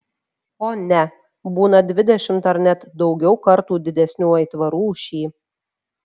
o ne būna dvidešimt ar net daugiau kartų didesnių aitvarų už šį